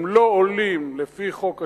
הם לא עולים לפי חוק השבות,